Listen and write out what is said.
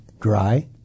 dry